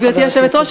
גברתי היושבת-ראש,